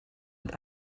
mit